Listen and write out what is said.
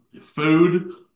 food